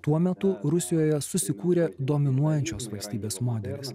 tuo metu rusijoje susikūrė dominuojančios valstybės modelis